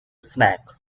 snack